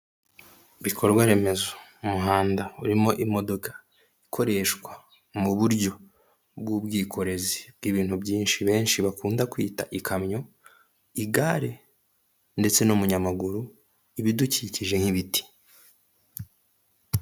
Ibikorwa remezo, umuhanda urimo imodoka ikoreshwa mu buryo bw'ubwikorezi bw'ibintu byinshi benshi bakunda kwita ikamyo, igare ndetse n'umunyamaguru, ibidukikije nk'ibiti.